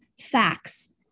FACTS